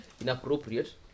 inappropriate